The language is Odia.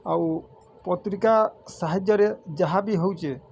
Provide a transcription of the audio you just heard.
ଆଉ ପତ୍ରିକା ସାହାଯ୍ୟରେ ଯାହାବି ହଉଛେ